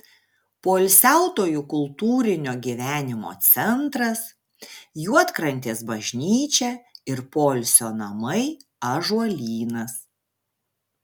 poilsiautojų kultūrinio gyvenimo centras juodkrantės bažnyčia ir poilsio namai ąžuolynas